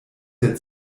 der